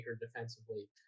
defensively